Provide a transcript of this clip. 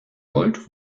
gold